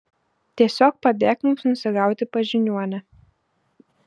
tiesiog padėk mums nusigauti pas žiniuonę